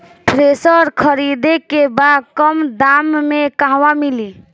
Thresher खरीदे के बा कम दाम में कहवा मिली?